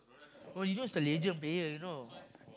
Robinho is a legend player you know